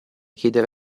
chiedere